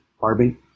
Barbie